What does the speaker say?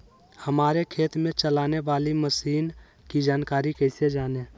हमारे खेत में चलाने वाली मशीन की जानकारी कैसे जाने?